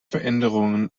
veränderungen